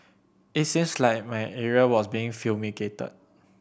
it seems like my area was being fumigated